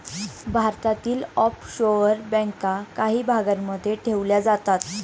भारतातील ऑफशोअर बँका काही भागांमध्ये ठेवल्या जातात